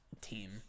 Team